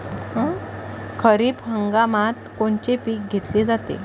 खरिप हंगामात कोनचे पिकं घेतले जाते?